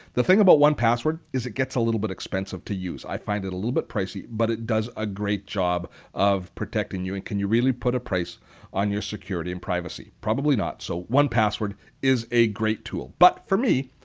the thing about one password is it gets a little bit expensive to use. i find it a little bit pricey but it does a great job of protecting you and can you really put a price on your security and privacy? probably not so one password is a great tool. but for me,